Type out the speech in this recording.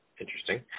Interesting